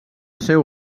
seu